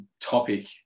topic